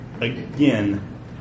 Again